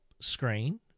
screen